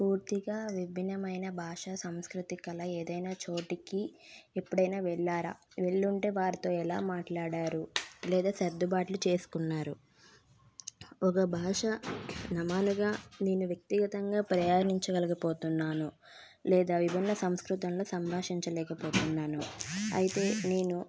పూర్తిగా విభిన్నమైన భాష సంస్కృతికల ఏదైనా చోటికి ఎప్పుడైనా వెళ్ళారా వెళ్ళుంటే వారితో ఎలా మాట్లాడారు లేదా సర్దుబాట్లు చేసుకున్నారు ఒక భాష నామాలుగా నేను వ్యక్తిగతంగా ప్రయాణించగలిగిపోతున్నాను లేదా విభిన్న సంస్కృతంలో సంభాషించలేకపోతున్నాను అయితే నేను